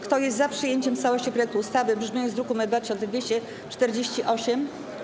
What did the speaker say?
Kto jest za przyjęciem w całości projektu ustawy w brzmieniu z druku nr 2248?